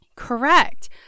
Correct